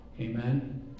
Amen